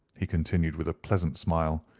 he continued, with a pleasant smile,